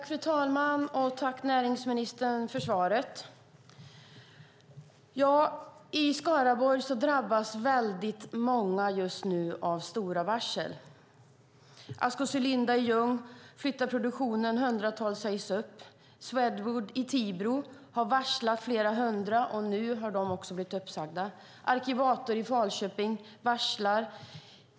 Fru talman! Jag tackar näringsministern för svaret. I Skaraborg drabbas många just nu av stora varsel. Asko Cylinda i Ljung flyttar produktionen. Hundratals sägs upp. Swedwood i Tibro har varslat flera hundra, och nu har de också blivit uppsagda. Arkivator i Falköping varslar.